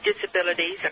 disabilities